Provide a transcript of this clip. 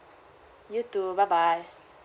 you too bye bye